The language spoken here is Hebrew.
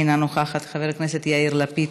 אינה נוכחת, חבר הכנסת יאיר לפיד,